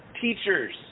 teachers